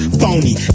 phony